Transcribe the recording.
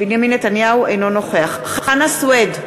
אינו נוכח חנא סוייד,